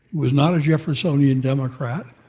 was not a jeffersonian democrat.